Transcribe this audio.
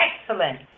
excellent